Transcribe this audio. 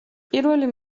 პირველი